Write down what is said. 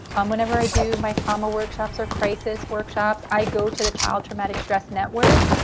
um whenever i do my trauma workshops or crisis workshops, i go to the child traumatic stress network.